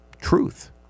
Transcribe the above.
truth